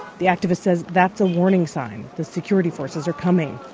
the activist says that's a warning sign the security forces are coming.